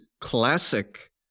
classic